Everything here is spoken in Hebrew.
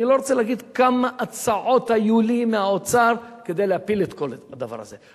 אני לא רוצה להגיד כמה הצעות היו לי מהאוצר כדי להפיל את כל הדבר הזה,